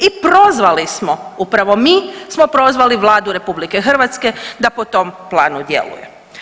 I prozvali smo, upravo mi smo prozvali Vladu RH da po tom planu djeluje.